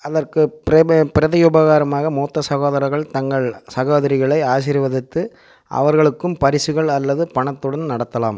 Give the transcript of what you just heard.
அதற்கு ப்ரேமியம் பிரதியுபகாரமாக மூத்த சகோதரர்கள் தங்கள் சகோதரிகளை ஆசீர்வதித்து அவர்களுக்கும் பரிசுகள் அல்லது பணத்துடன் நடத்தலாம்